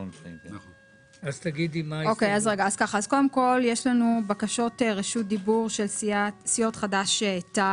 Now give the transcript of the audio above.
אז קודם כל יש לנו בקשות רשות דיבור של סיעות חד"ש-תע"ל,